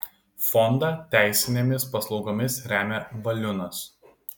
fondą teisinėmis paslaugomis remia valiunas